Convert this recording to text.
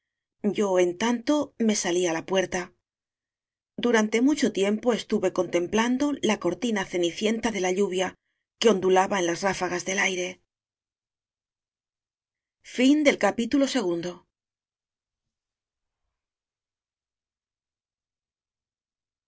yo en tanto me salí á la puerta durante mucho tiempo estuve con templando la cortina cenicienta de la lluvia que ondulaba en las ráfagas del aire el